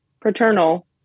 paternal